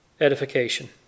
edification